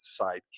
sidekick